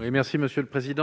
M. Emmanuel Capus.